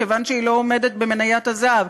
כיוון שהיא לא עומדת במניית הזהב.